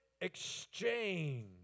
exchange